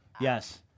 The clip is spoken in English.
Yes